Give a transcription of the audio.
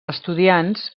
estudiants